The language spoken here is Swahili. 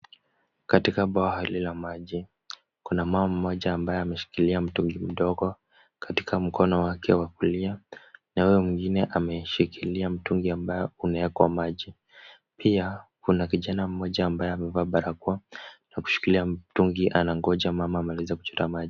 Katika bwawa hili la maji. Kuna mama mmoja ambaye ameshikilia mtungi mdogo katika mkono wake wa kulia na uyo mwingine ameshikilia mtungi ambao umewekwa maji. Pia kuna kijana mmoja ambaye amevaa barakoa na kushikilia mtungi anangoja mama amalize kuchota maji.